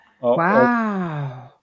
wow